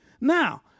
Now